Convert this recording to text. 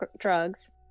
drugs